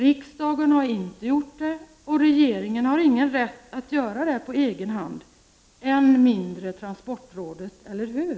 Riksdagen har inte gjort det, och regeringen har ingen rätt att göra det på egen hand, än mindre transportrådet, eller hur?